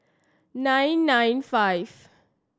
nine nine five